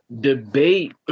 Debate